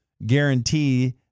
guarantee